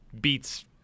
beats